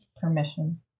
Permission